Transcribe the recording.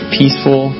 peaceful